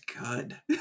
good